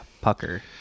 pucker